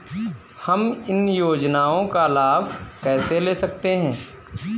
हम इन योजनाओं का लाभ कैसे ले सकते हैं?